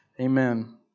Amen